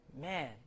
Man